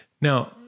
Now